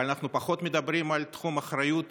אבל אנחנו פחות מדברים על תחום אחריות